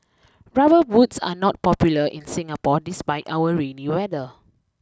rubber boots are not popular in Singapore despite our rainy weather